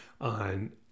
on